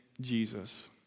Jesus